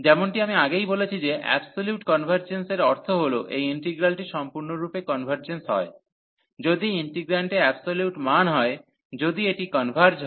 যেমনটি আমি আগেই বলেছি যে অ্যাবসোলিউট কনভার্জেন্স এর অর্থ হল এই ইন্টিগ্রালটি সম্পূর্ণরূপে কনভার্জেন্স হয় যদি ইন্টিগ্র্যান্টে অ্যাবসোলিউট মান হয় যদি এটি কনভার্জ হয়